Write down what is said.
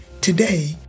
Today